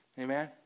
Amen